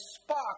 spark